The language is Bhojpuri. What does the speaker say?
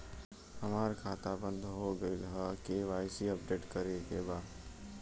हमार खाता बंद हो गईल ह के.वाइ.सी अपडेट करे के बा?